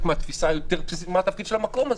מהתפיסה היותר בסיסית מה התפקיד של המקום הזה.